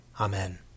Amen